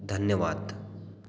धन्यवाद